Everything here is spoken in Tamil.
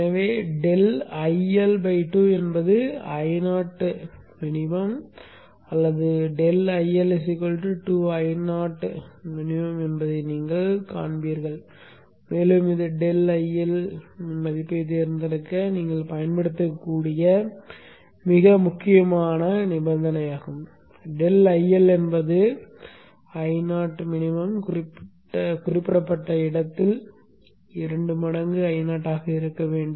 எனவே ∆IL 2 என்பது Io குறைந்தபட்சம் அல்லது ∆IL 2Io குறைந்தபட்சம் என்பதை நீங்கள் காண்பீர்கள் மேலும் இது ∆IL இன் மதிப்பைத் தேர்ந்தெடுக்க நீங்கள் பயன்படுத்தக்கூடிய மிக முக்கியமான நிபந்தனையாகும் ∆IL என்பது Io குறைந்தபட்சம் குறிப்பிடப்பட்ட இடத்தில் இரண்டு மடங்கு Io ஆக இருக்க வேண்டும்